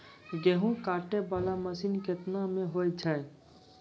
गेहूँ काटै वाला मसीन केतना मे होय छै?